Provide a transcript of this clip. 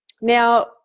Now